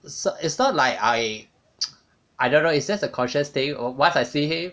so it's not like I I don't know it's just a conscious thing or once I see him